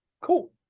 Cool